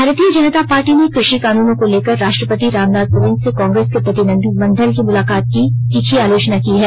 भारतीय जनता पार्टी ने कृषि कानूनों को लेकर राष्ट्रपति रामनाथ कोविंद से कांग्रेस के प्रतिनिधिमंडल की मुलाकात की तीखी आलोचना की है